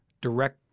direct